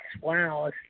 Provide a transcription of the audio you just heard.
Wow